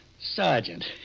Sergeant